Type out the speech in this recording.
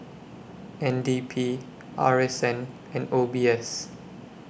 N D P R S N and O B S